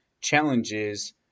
challenges